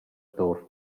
tour